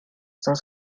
cent